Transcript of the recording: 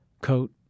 coat